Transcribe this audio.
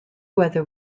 whether